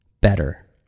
better